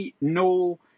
no